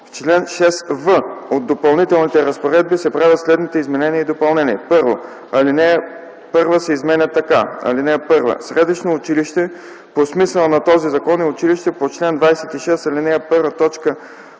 В § 6в от Допълнителните разпоредби се правят следните изменения и допълнения: 1. Алинея 1 се изменя така: „(1) „Средищно училище” по смисъла на този закон е училище по чл. 26, ал. 1,